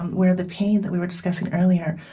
where the pain that we were discussing earlier